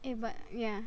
eh but yeah